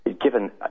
given